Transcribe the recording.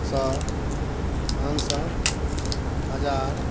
सौ पाँच सौ हज़ार